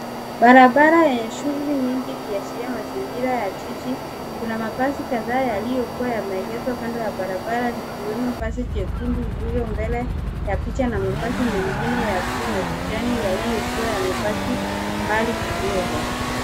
Barabara yenye shughuli nyingi ikiashiria mazingira ya jiji, kuna mabasi kadhaa yaliyokuwa yameegeshwa kando ya barabara likiwemo basi jekundu lililo mbele ya picha na mabasi mengine ya bluu na kijani yalikuwa yame paki mbali kidogo.